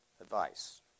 advice